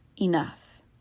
enough